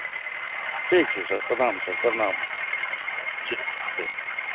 ठीक छै सर प्रणाम सर प्रणाम जी जी